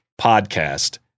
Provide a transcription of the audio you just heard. podcast